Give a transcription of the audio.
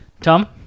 Tom